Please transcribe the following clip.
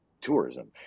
tourism